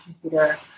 computer